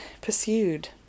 pursued